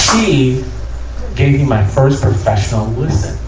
she gave me my first professional